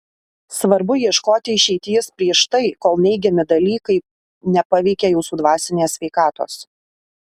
svarbu ieškoti išeities prieš tai kol neigiami dalykai nepaveikė jūsų dvasinės sveikatos